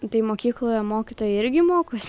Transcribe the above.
tai mokykloje mokytojai irgi mokosi